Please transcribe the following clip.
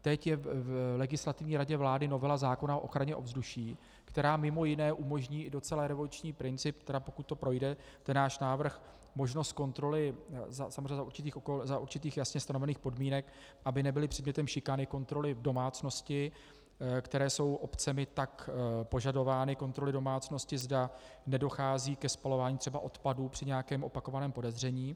Teď je v Legislativní radě vlády novela zákona o ochraně ovzduší, která mimo jiné umožní i docela revoluční princip, tedy pokud to projde, ten náš návrh, možnost kontroly samozřejmě za určitých jasně stanovených podmínek, aby nebyly předmětem šikany kontroly v domácnosti, které jsou obcemi tak požadovány, kontroly domácnosti, zda nedochází ke spalování třeba odpadů při nějakém opakovaném podezření.